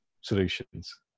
solutions